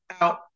out